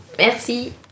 Merci